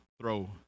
throw